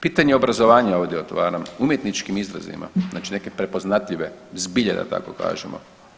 Pitanje obrazovanja ovdje otvaram, umjetničkim izrazima, znači neke prepoznatljive, zbilja da tako kažemo.